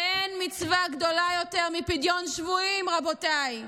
ואין מצווה גדולה יותר מפדיון שבויים, רבותיי.